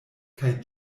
kaj